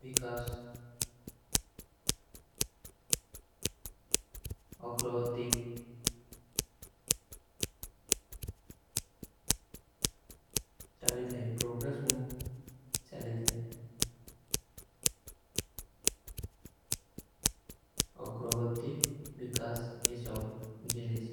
ଵିକାସ। ଅଗ୍ରଵତି ଚଲୀ ଥାଈ ପ୍ରୋଗ୍ରେଶ ମୁଝେ ଚଲୀ ଥାଈ। ଅଗ୍ରଵତି ଵିକାସ ଯେ ସବ ଜୀନିସ।